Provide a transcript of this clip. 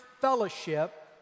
fellowship